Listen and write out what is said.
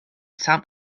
some